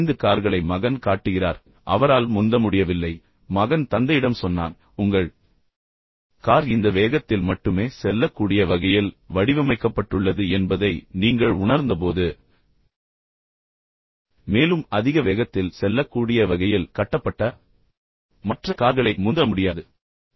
நான்கு ஐந்து கார்களை மகன் காட்டுகிறார் அவரால் முந்த முடியவில்லை பின்னர் மகன் தந்தையிடம் சொன்னான் உங்கள் கார் இந்த வேகத்தில் மட்டுமே செல்லக்கூடிய வகையில் வடிவமைக்கப்பட்டுள்ளது என்பதை நீங்கள் உணர்ந்தபோது மேலும் அதிக வேகத்தில் செல்லக்கூடிய வகையில் கட்டப்பட்ட மற்ற கார்களை முந்த முடியாது